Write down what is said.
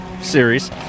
series